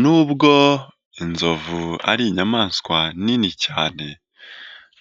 Nubwo inzovu ari inyamaswa nini cyane